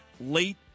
late